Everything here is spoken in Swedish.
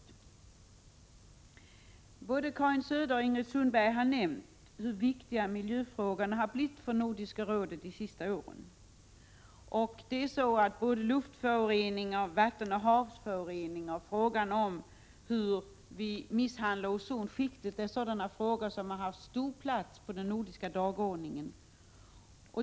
10 december 1987 Både Karin Söder och Ingrid Sundberg har nämnt hur viktig miljöfrågan Nördälkd rådet. dr har blivit i det nordiska samarbetet. Både luftföroreningar och vattenoch havsföroreningar samt frågan hur vi misshandlar ozonskiktet tar en stor plats på Nordiska rådets dagordning.